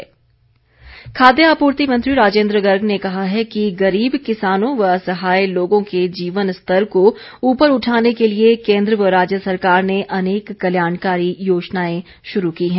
राजेन्द्र गर्ग खाद्य आपूर्ति मंत्री राजेन्द्र गर्ग ने कहा है कि गरीब किसानों व असहाय लोगों के जीवन स्तर को ऊपर उठाने के लिए केन्द्र व राज्य सरकार ने अनेक कल्याणकारी योजनाएं शुरू की हैं